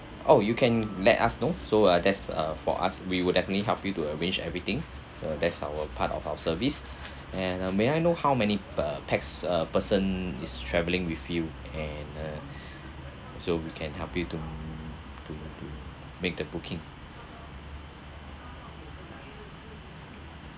oh you can let us know so uh there's uh for us we would definitely help you to arrange everything uh that's our part of our service and uh may I know how many per pax uh person is traveling with you and uh so we can help you to to to make the booking